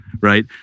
right